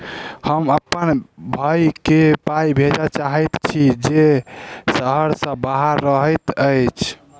हम अप्पन भयई केँ पाई भेजे चाहइत छि जे सहर सँ बाहर रहइत अछि